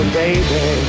baby